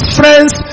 friends